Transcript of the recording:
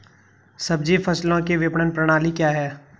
सब्जी फसलों की विपणन प्रणाली क्या है?